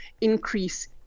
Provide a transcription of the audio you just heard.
increase